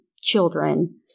children